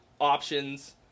options